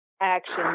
action